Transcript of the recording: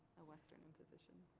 a western imposition.